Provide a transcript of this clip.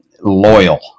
loyal